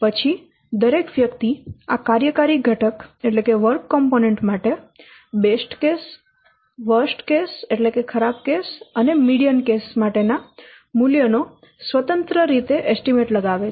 પછી દરેક વ્યક્તિ આ કાર્યકારી ઘટક માટે બેસ્ટ કેસ ખરાબ કેસ અને મીડીયન કેસ માટે ના મૂલ્યનો સ્વતંત્ર રીતે એસ્ટીમેટ લગાવે છે